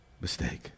mistake